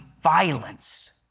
violence